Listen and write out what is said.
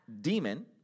demon